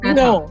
no